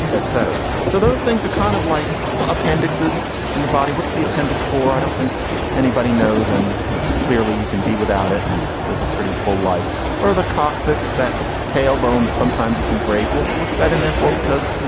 et cetera. so those things are kind of like appendixes in the body. what's the appendix for? i don't think anybody knows. and you know, clearly you can be without it and live a pretty full life or the coccyx, that tailbone that sometimes you can break. well, but what's that in there for? because,